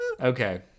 Okay